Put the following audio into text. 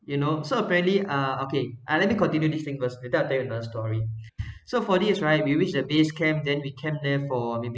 you know so apparently uh okay uh let me continue this thing first later I tell you another story so for this right we reach the base camp then we camp there for